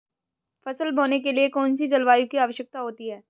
फसल बोने के लिए कौन सी जलवायु की आवश्यकता होती है?